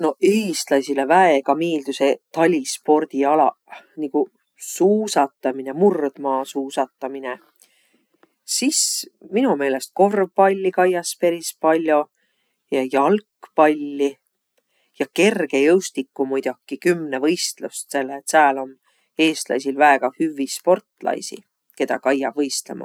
Noq eestläisile väega miildüseq talispordialaq niguq suusataminõ, murdmaasuusataminõ. Sis mino meelest korvpalli kaias peris pall'o. Ja jalgpalli. Ja kergejõustikku muidoki, kümnevõistlust, selle et sääl om eestläisil väega hüvvi sportlaisi, kedä kaiaq võistlõmah.